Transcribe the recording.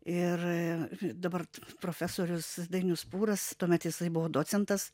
ir dabar profesorius dainius pūras tuomet jisai buvo docentas